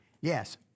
yes